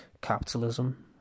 capitalism